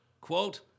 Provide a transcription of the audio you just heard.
Quote